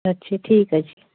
ਅੱਛਾ ਠੀਕ ਹੈ ਜੀ